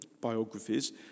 biographies